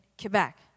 Quebec